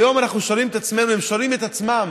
היום אנחנו שואלים את עצמנו, הם שואלים את עצמם,